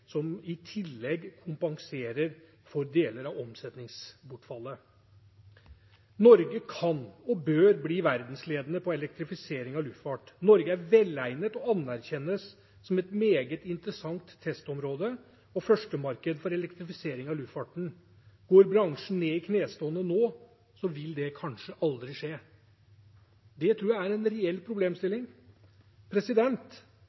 som i tillegg kompenserer for deler av omsetningsbortfallet. Norge kan og bør bli verdensledende på elektrifisering av luftfart. Norge er velegnet og anerkjennes som et meget interessant testområde og førstemarked for elektrifisering av luftfarten. Går bransjen ned i knestående nå, vil det kanskje aldri skje. Det tror jeg er en reell